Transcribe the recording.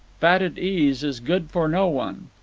fatted ease is good for no one.